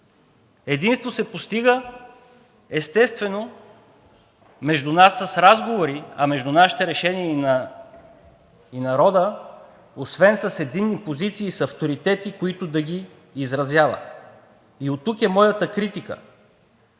Единство се постига, естествено, между нас с разговори, а между нашите решения и народа, и освен с единни позиции, и с авторитети, които да ги изразяват. Оттук е моята критика